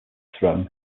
throne